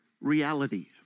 reality